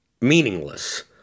meaningless